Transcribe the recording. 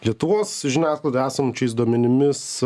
lietuvos žiniasklaidoj esančiais duomenimis